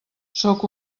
sóc